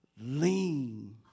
lean